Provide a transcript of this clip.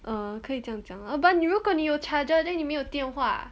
err 可以这样讲 lah but 如果你有 charger then 你没有电话